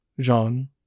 Jean